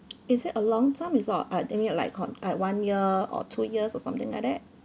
is it a long term reward I'll think it like con~ like one year or two years or something like that